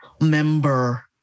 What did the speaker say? member